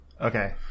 Okay